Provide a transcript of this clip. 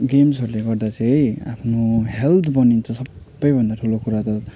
गेम्सहरूले गर्दा चाहिँ आफ्नो हेल्थ बनिन्छ सबैभन्दा ठुलो कुरा त